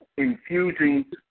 Infusing